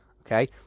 okay